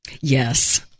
Yes